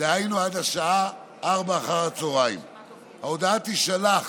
דהיינו עד השעה 16:00. ההודעה תישלח